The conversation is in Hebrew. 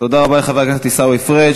תודה רבה לחבר הכנסת עיסאווי פריג'.